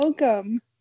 Welcome